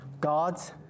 God's